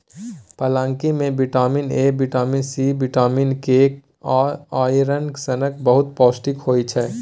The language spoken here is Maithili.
पलांकी मे vitamin A, vitamin C, vitamin K आ आइरन सनक बहुत पौष्टिक होइ छै